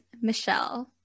Michelle